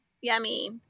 yummy